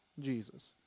Jesus